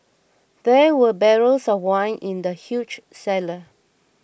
there were barrels of wine in the huge cellar